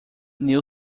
new